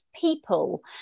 people